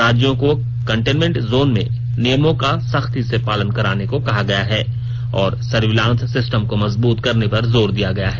राज्यों को containment zone में नियमों का सख्ती से पालन कराने को कहा गया है और सर्विलांस सिस्टम को मजबूत करने पर जोर दिया गया है